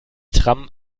tram